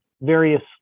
various